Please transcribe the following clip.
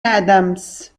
adams